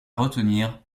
retenir